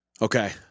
Okay